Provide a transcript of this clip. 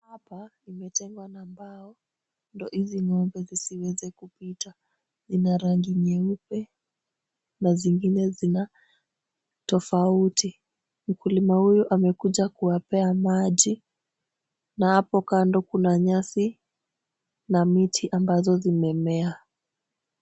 Hapa imetengwa na mbao ndo hizi ng'ombe zisiweze kupita. Zina rangi nyeupe na zingine zina tofauti. Mkulima huyu amekuja kuwapea maji na hapo kando kuna nyasi na miti ambazo zimemea.